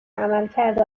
عملکرد